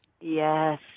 Yes